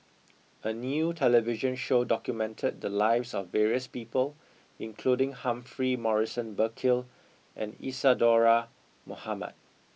a new television show documented the lives of various people including Humphrey Morrison Burkill and Isadhora Mohamed